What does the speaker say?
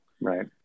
right